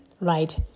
right